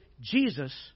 Jesus